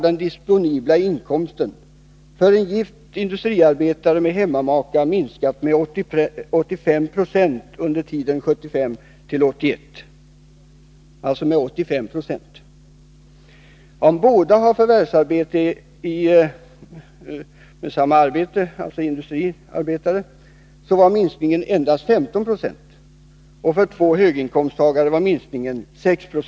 Den disponibla inkomsten för en gift industriarbetare med hemmamaka minskade med 8576 under tiden 1975-1981. För en familj där båda makarna förvärvsarbetade inom industrin var minskningen endast 15 960. För ett par höginkomsttagare var minskningen 6 Jo.